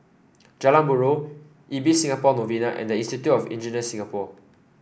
Jalan Buroh Ibis Singapore Novena and Institute of Engineers Singapore